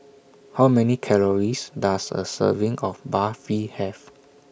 How Many Calories Does A Serving of Barfi Have